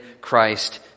Christ